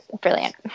brilliant